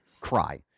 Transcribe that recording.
cry